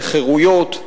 לחירויות,